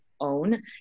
own